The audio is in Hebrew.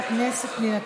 חבר הכנסת אלעזר שטרן,